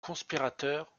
conspirateurs